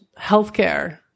healthcare